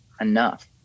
enough